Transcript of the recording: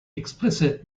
explicit